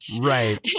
Right